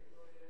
ואם לא יהיה?